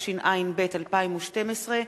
התשע”ב 2012,